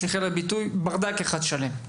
נמצא בברדק אחד שלם,